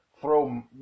throw